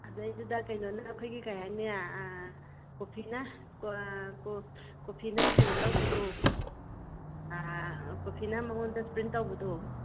ꯑꯗꯩꯗꯨꯗ ꯀꯩꯅꯣꯅ ꯑꯩꯈꯣꯏꯒꯤ ꯀꯩꯍꯥꯏꯅꯤ ꯀꯣꯐꯤꯅ ꯀꯣꯐꯤꯅ ꯀꯩꯅꯣ ꯇꯧꯕꯤꯗꯣ ꯀꯣꯐꯤꯅ ꯃꯉꯣꯟꯗ ꯄ꯭ꯔꯤꯟ ꯇꯧꯕꯗꯣ